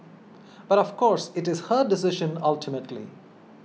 but of course it is her decision ultimately